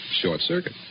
short-circuit